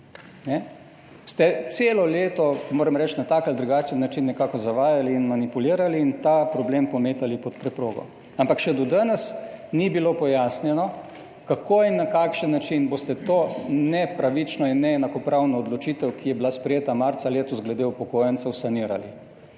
ste celo leto, moram reči, na tak ali drugačen način nekako zavajali in manipulirali in ta problem pometali pod preprogo. Ampak še do danes ni bilo pojasnjeno, kako in na kakšen način boste to nepravično in neenakopravno odločitev, ki je bila sprejeta marca letos glede upokojencev, sanirali.